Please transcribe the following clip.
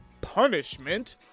punishment